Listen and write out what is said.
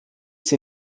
sie